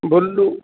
ਬੋਲੋ